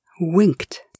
winked